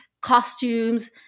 costumes